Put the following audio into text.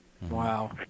Wow